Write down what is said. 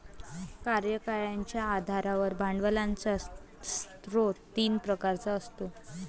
कार्यकाळाच्या आधारावर भांडवलाचा स्रोत तीन प्रकारचा असतो